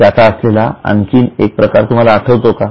त्याचा असलेला आणखीन एक प्रकार तुम्हाला आठवतो का